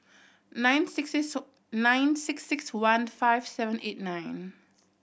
nine six six nine six six one five seven eight nine